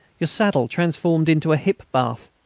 your saddle transformed into a hip-bath.